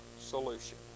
solution